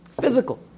physical